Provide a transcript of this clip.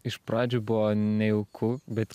iš pradžių buvo nejauku bet